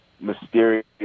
mysterious